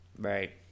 Right